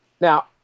Now